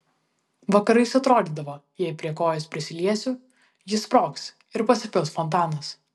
vakarais atrodydavo jei prie kojos prisiliesiu ji sprogs ir pasipils fontanas